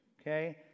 Okay